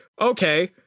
okay